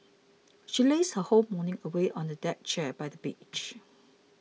she lazed her whole morning away on a deck chair by the beach